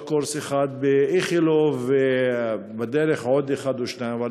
קורס אחד באיכילוב ובדרך עוד אחד או שניים.